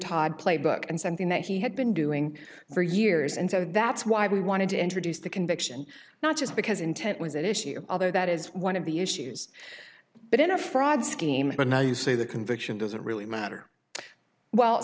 tod playbook and something that he had been doing for years and so that's why we wanted to introduce the conviction not just because intent was an issue although that is one of the issues but in a fraud scheme but now you say the conviction doesn't really matter well